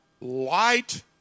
Light